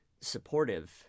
supportive